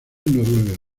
noruega